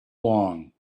long